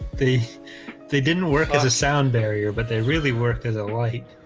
they they didn't work as a sound barrier, but they really work. there's a light